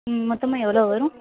ம் மொத்தமாக எவ்வளோ வரும்